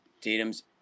Tatum's